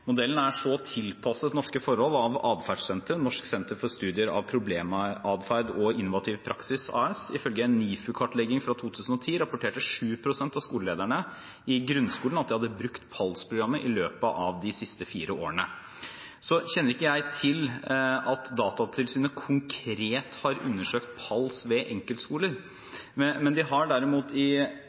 Modellen er så tilpasset norske forhold av Atferdssenteret – Norsk senter for studier av problematferd og innovativ praksis AS. Ifølge en NIFU-kartlegging fra 2010 rapporterte 7 pst. av skolelederne i grunnskolen at de hadde brukt PALS-programmet i løpet av de siste fire årene. Jeg kjenner ikke til at Datatilsynet konkret har undersøkt PALS ved enkeltskoler, men de har derimot i 2013 og 2014 sett nærmere på opplæringssektoren og på personvernsituasjonen i